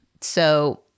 So-